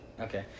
Okay